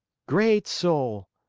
great soul!